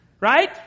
right